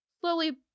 slowly